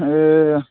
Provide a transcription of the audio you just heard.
ए